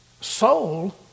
soul